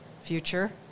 future